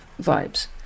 vibes